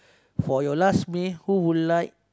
for your last meal who would like